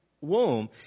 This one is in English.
womb